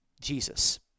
Jesus